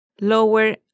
lower